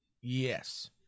yes